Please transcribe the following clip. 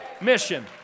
Mission